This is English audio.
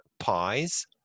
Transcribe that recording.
pies